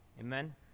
Amen